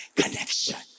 connection